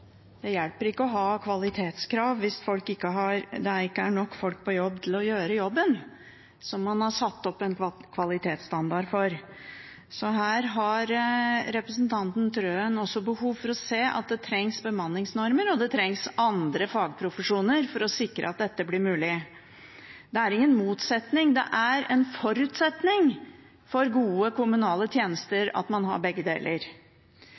Det hjelper ikke å ha kvalitetskrav hvis det ikke er nok folk på jobb til å gjøre jobben som man har satt opp en kvalitetsstandard for. Her har representanten Trøen også behov for å se at det trengs bemanningsnormer, og at det trengs andre fagprofesjoner for å sikre at dette blir mulig. Det er ingen motsetning. Det er en forutsetning for gode kommunale tjenester at man har begge deler.